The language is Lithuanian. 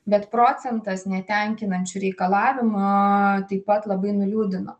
bet procentas netenkinančių reikalavimo taip pat labai nuliūdino